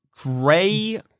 gray